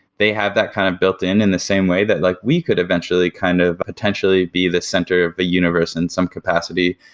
they have that kind of built-in in in the same way that like we could eventually kind of potentially be the center of the universe in some capacity,